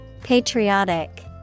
Patriotic